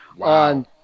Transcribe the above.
on